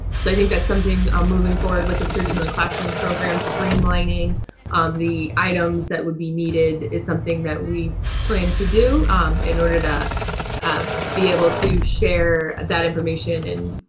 so i think that's something moving forward with the sturgeon in the classroom program, streamlining um the items that would be needed, is something that we plan to do in order to ah be able to share that information and.